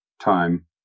time